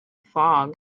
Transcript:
fog